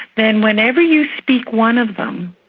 then whenever you speak one of them,